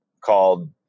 called